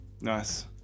Nice